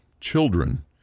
Children